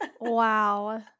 wow